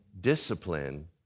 discipline